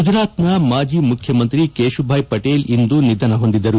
ಗುಜರಾತ್ನ ಮಾಜಿ ಮುಖ್ಯಮಂತ್ರಿ ಕೇಶೂಭಾಯ್ ಪಟೇಲ್ ಇಂದು ನಿಧನಹೊಂದಿದರು